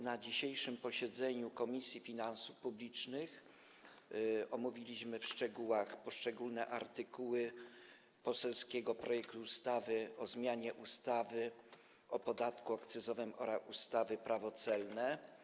Na dzisiejszym posiedzeniu Komisji Finansów Publicznych omówiliśmy w szczegółach poszczególne artykuły poselskiego projektu ustawy zmieniającej ustawę o zmianie ustawy o podatku akcyzowym oraz ustawy Prawo celne.